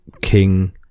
King